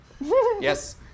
Yes